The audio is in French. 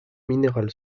minéral